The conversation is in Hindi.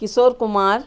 किशोर कुमार